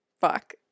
Fuck